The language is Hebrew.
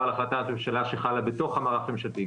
על החלטת ממשלה שחלה בתוך המערך הממשלתי,